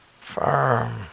firm